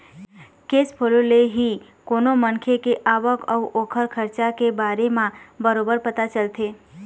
cash flow ले ही कोनो मनखे के आवक अउ ओखर खरचा के बारे म बरोबर पता चलथे